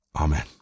Amen